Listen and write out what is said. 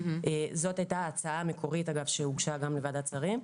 זאת הייתה ההצעה המקורית שהוגשה לוועדת השרים.